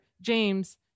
James